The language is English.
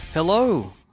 Hello